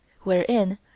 wherein